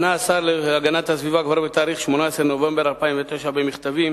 פנה השר להגנת הסביבה כבר ב-18 בנובמבר 2009 במכתבים